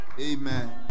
Amen